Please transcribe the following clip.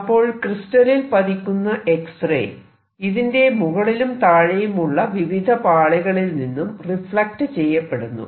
അപ്പോൾ ക്രിസ്റ്റലിൽ പതിക്കുന്ന എക്സ്റേ ഇതിന്റെ മുകളിലും താഴെയുമുള്ള വിവിധ പാളികളിൽ നിന്നും റിഫ്ലക്ട് ചെയ്യപ്പെടുന്നു